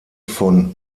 von